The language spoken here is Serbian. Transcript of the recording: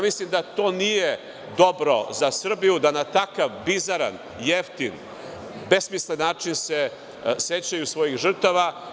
Mislim da to nije dobro za Srbiju, da na takav bizaran, jeftin, besmislen način se sećaju svojih žrtava.